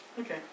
Okay